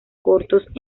cortos